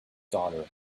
daughter